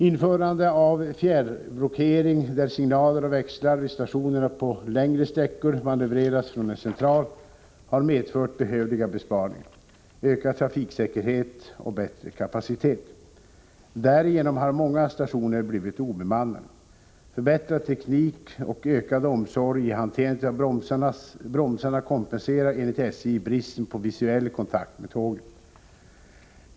Införande av fjärrblockering, där signaler och växlar vid stationerna på längre sträckor manövreras från en central, har medfört behövliga besparingar, ökad trafiksäkerhet och bättre kapacitet. Därigenom har många stationer blivit obemannade. Förbättrad teknik och ökad omsorg i hanterandet av bromsarna kompenserar enligt SJ bristen på visuell kontakt med tågen.